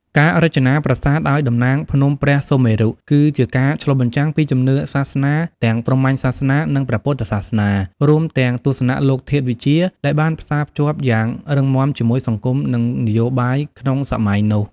ការរចនាប្រាសាទឱ្យតំណាងភ្នំព្រះសុមេរុ គឺជាការឆ្លុះបញ្ចាំងពីជំនឿសាសនា ទាំងព្រហ្មញ្ញសាសនា និងព្រះពុទ្ធសាសនា រួមទាំងទស្សនៈលោកធាតុវិទ្យា ដែលបានផ្សារភ្ជាប់យ៉ាងរឹងមាំជាមួយសង្គម និងនយោបាយក្នុងសម័យនោះ។